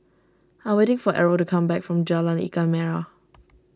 I am waiting for Errol to come back from Jalan Ikan Merah